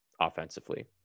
offensively